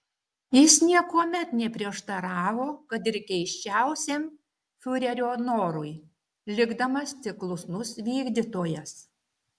jis niekuomet neprieštaravo kad ir keisčiausiam fiurerio norui likdamas tik klusnus vykdytojas